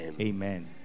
Amen